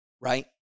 right